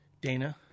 Dana